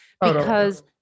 because-